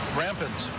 rampant